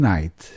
Night